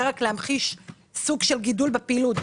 זה רק להמחיש סוג של גידול בפעילות.